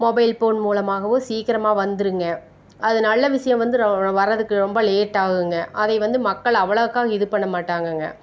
mobile phone மூலமாகவோ சீக்கிரமாக வந்துடுங்க அது நல்ல விஷயம் வந்து ரொ வரதுக்கு ரொம்ப லேட்டாக ஆகுங்க அதை வந்து மக்கள் அவ்வளோக்கா இது பண்ண மாட்டாங்கங்க